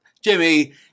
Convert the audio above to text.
Jimmy